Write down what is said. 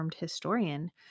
historian